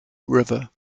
river